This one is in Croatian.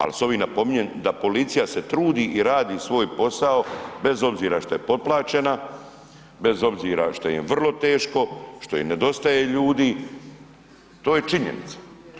Ali, s ovim napominjem da policija se trudi i radi svoj posao bez obzira što je potplaćena, bez obzira što im je vrlo teško, što im nedostaje ljudi, to je činjenica.